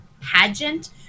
pageant